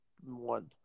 one